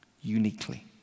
uniquely